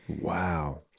Wow